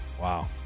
Wow